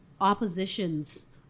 opposition's